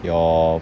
your